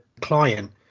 client